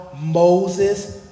Moses